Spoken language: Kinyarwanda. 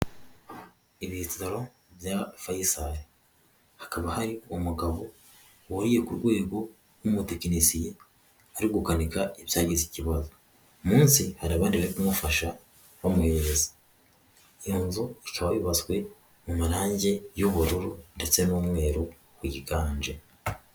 Ibitaro bya faisal hakaba hari umugabo wuriye ku rwego w'umutekinisiye ari gukanika ibyagize ikibazo, munsi hari abandi bari kumufasha bamuhereza, iyo nzu ikaba yubatswe mu marangi y'ubururu ndetse n'umweru wiganje.